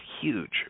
huge